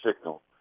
signal